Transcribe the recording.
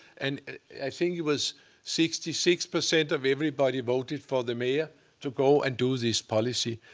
and i think it was sixty six percent of everybody voted for the mayor to go and do this policy.